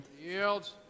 Yields